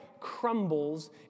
crumbles